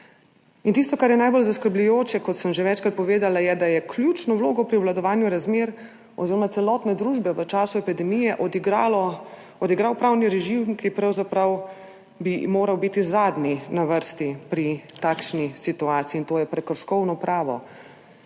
In tisto, kar je najbolj zaskrbljujoče, kot sem že večkrat povedala, je, da je ključno vlogo pri obvladovanju razmer oziroma celotne družbe v času epidemije odigral pravni režim, ki bi pravzaprav moral biti zadnji na vrsti pri takšni situaciji, in to je prekrškovno pravo.